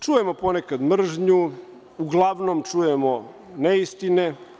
Čujemo ponekad mržnju, uglavnom čujemo neistine.